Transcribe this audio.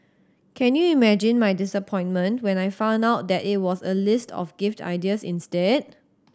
can you imagine my disappointment when I found out that it was a list of gift ideas instead